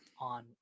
on